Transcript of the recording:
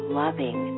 loving